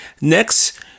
Next